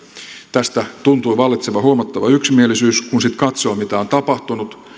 tästä tuntui vallitsevan huomattava yksimielisyys kun sitten katsoo mitä on tapahtunut